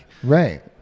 Right